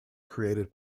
created